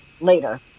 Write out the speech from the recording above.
Later